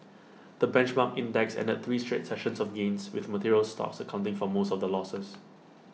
the benchmark index ended three straight sessions of gains with materials stocks accounting for most of the losses